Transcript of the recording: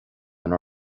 ina